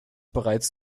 bereits